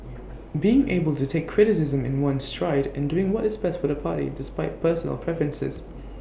being able to take criticism in one's stride and doing what is best for the party despite personal preferences